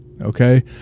okay